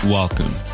Welcome